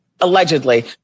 Allegedly